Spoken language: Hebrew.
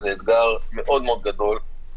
זה אתגר מאוד מאוד גדול.